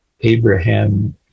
Abraham